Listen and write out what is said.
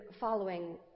following